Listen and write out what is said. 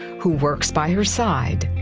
who works by her side.